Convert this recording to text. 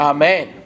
Amen